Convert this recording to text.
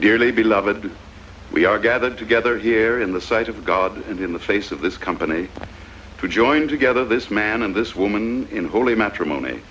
dearly beloved we are gathered together here in the sight of god and in the face of this company to join together this man and this woman in holy matrimony